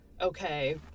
okay